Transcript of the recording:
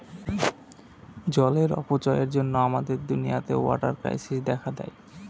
জলের অপচয়ের জন্য আমাদের দুনিয়াতে ওয়াটার ক্রাইসিস দেখা দেয়